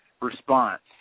response